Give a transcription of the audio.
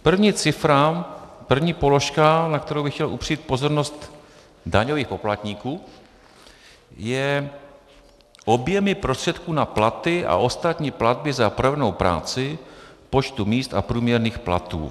První cifra, první položka, na kterou bych chtěl upřít pozornost daňových poplatníků, jsou objemy prostředků na platy a ostatní platby za provedenou práci v počtu míst a průměrných platů.